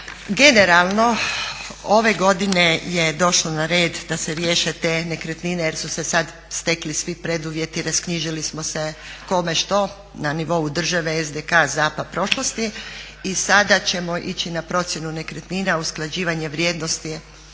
Generalno ove godine je došlo na red da se riješe te nekretnine jer su se sad stekli svi preduvjeti, rasknjižili smo se kome što na nivou države, SDK, ZAP-a, prošlosti i sada ćemo ići na procjenu nekretnina, usklađivanje vrijednosti